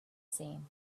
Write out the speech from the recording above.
seen